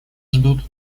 ждут